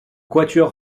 quatuor